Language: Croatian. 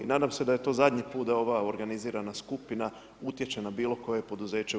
Nadam se da je to zadnji put da je ova organizirana skupina utječe na bilo koje poduzeće u